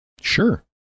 Sure